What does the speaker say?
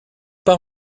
pas